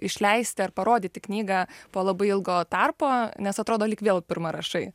išleisti ar parodyti knygą po labai ilgo tarpo nes atrodo lyg vėl pirmą rašai